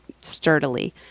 sturdily